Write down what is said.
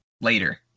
later